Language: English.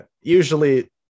usually